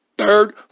Third